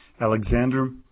Alexander